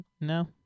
no